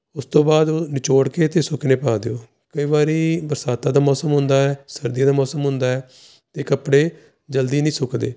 ਉਸ ਤੋਂ ਬਾਅਦ ਉਹ ਨਿਚੋੜ ਕੇ ਅਤੇ ਸੁਕਣੇ ਪਾ ਦਿਓ ਕਈ ਵਾਰੀ ਬਰਸਾਤਾਂ ਦਾ ਮੌਸਮ ਹੁੰਦਾ ਹੈ ਸਰਦੀਆਂ ਦਾ ਮੌਸਮ ਹੁੰਦਾ ਹੈ ਅਤੇ ਕੱਪੜੇ ਜਲਦੀ ਨਹੀਂ ਸੁੱਕਦੇ